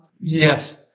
Yes